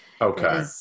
Okay